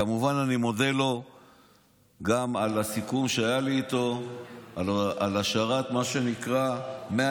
כמובן שאני מודה לו גם על הסיכום שהיה לי איתו על השארת מה שנקרא 100